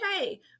okay